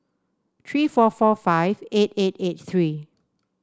three four four five eight eight eight three